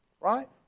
Right